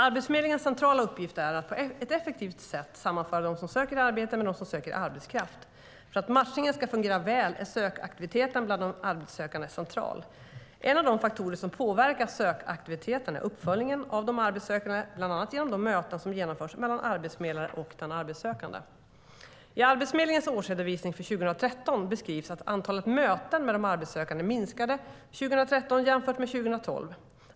Arbetsförmedlingens centrala uppgift är att på ett effektivt sätt sammanföra dem som söker arbete med dem som söker arbetskraft. För att matchningen ska fungera väl är sökaktiviteten bland de arbetssökande central. En av de faktorer som påverkar sökaktiviteten är uppföljningen av de arbetssökande, bland annat genom de möten som genomförs mellan arbetsförmedlaren och den arbetssökande. I Arbetsförmedlingens årsredovisning för 2013 beskrivs att antalet möten med de arbetssökande minskade 2013 jämfört med 2012.